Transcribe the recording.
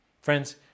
Friends